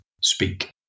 speak